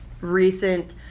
recent